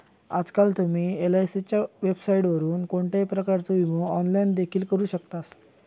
आजकाल तुम्ही एलआयसीच्या वेबसाइटवरून कोणत्याही प्रकारचो विमो ऑनलाइन देखील करू शकतास